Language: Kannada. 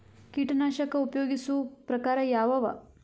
ಕೀಟನಾಶಕ ಉಪಯೋಗಿಸೊ ಪ್ರಕಾರ ಯಾವ ಅವ?